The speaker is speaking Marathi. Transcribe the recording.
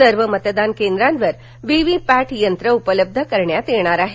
सर्व मतदान केंद्रांवर व्हीव्हीपॅट यंत्रं उपलब्ध करण्यात येणार आहेत